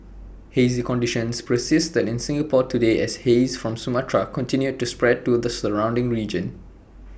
hazy conditions persisted in Singapore today as haze from Sumatra continued to spread to the surrounding region